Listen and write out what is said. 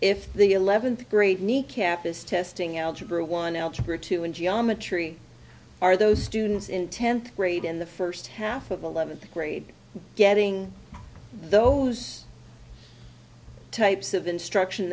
if the eleventh grade kneecapped this testing algebra one algebra two in geometry are those students in tenth grade in the first half of eleventh grade getting those types of instruction